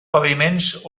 paviments